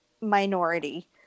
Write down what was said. minority